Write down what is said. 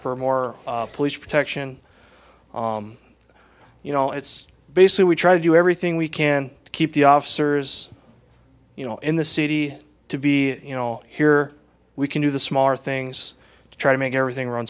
for more police protection you know it's basically we try to do everything we can to keep the officers you know in the city to be you know here we can do the smart things to try to make everything run